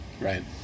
Right